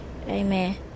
Amen